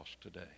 today